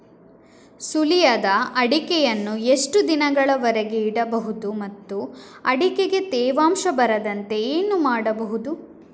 ಸುಲಿಯದ ಅಡಿಕೆಯನ್ನು ಎಷ್ಟು ದಿನಗಳವರೆಗೆ ಇಡಬಹುದು ಮತ್ತು ಅಡಿಕೆಗೆ ತೇವಾಂಶ ಬರದಂತೆ ಏನು ಮಾಡಬಹುದು?